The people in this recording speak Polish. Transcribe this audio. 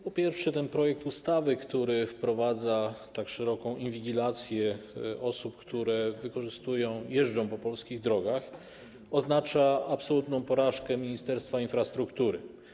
Po pierwsze, ten projekt ustawy, który wprowadza tak szeroką inwigilację osób, które jeżdżą po polskich drogach, oznacza absolutną porażkę Ministerstwa Infrastruktury.